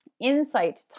insight